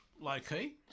low-key